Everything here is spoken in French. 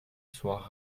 soient